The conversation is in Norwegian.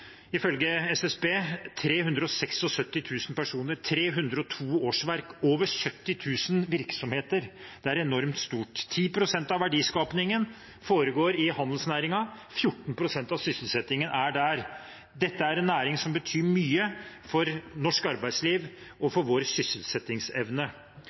ifølge SSB 376 000 personer, 302 000 årsverk og over 70 000 virksomheter. Det er enormt stort. 10 pst. av verdiskapingen foregår i handelsnæringen. 14 pst. av sysselsettingen er der. Dette er en næring som betyr mye for norsk arbeidsliv og